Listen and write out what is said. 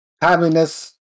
timeliness